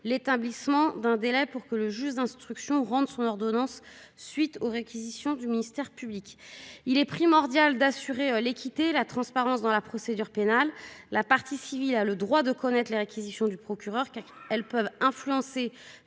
l'établissement d'un délai pour que le juge d'instruction rende son ordonnance à la suite des réquisitions du ministère public. Il est primordial d'assurer l'équité et la transparence dans la procédure pénale. La partie civile a le droit de connaître les réquisitions du procureur, qui peuvent influencer